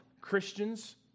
Christians